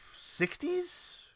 60s